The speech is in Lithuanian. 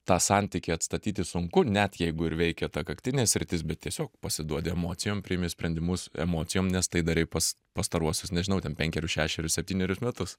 tą santykį atstatyti sunku net jeigu ir veikia ta kaktinė sritis bet tiesiog pasiduodi emocijom priimi sprendimus emocijom nes tai darei pas pastaruosius nežinau ten penkerius šešerius septynerius metus